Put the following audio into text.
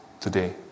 today